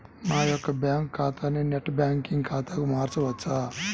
నా యొక్క బ్యాంకు ఖాతాని నెట్ బ్యాంకింగ్ ఖాతాగా మార్చవచ్చా?